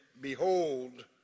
behold